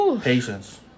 Patience